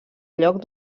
lloc